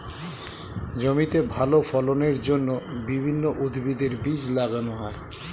জমিতে ভালো ফলনের জন্য বিভিন্ন উদ্ভিদের বীজ লাগানো হয়